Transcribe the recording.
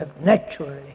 naturally